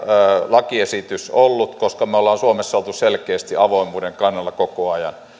lakiesitys ollut koska me olemme suomessa olleet selkeästi avoimuuden kannalla koko ajan